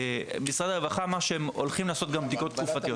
משרד הרווחה אמר שהם גם הולכים לעשות בדיקות תקופתיות.